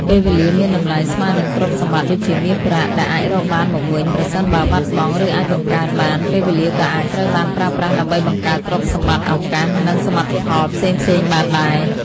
ពេលវេលាមានតម្លៃស្មើនឹងទ្រព្យសម្បត្តិ ដូចជាមាសប្រាក់ដែលអាចរកបានមកវិញប្រសិនបើបាត់បង់ ឬអាចបង្កើនបាន ពេលវេលាក៏អាចត្រូវបានប្រើប្រាស់ដើម្បីបង្កើតទ្រព្យសម្បត្តិ ឱកាស និងសមិទ្ធផលផ្សេងៗបានដែរ។